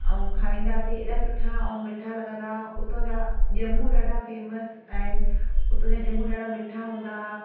ऐं खाईंदासीं हेॾा सुठा ऐं मिठा लॻंदा हुआ उतं जा ॼमूं ॾाढा फ़ेमस आहिनि उतां जा ॼमूं ॾाढा मिठा हूंदा हुआ